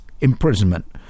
imprisonment